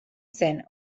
zen